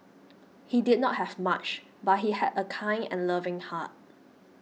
he did not have much but he had a kind and loving heart